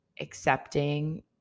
accepting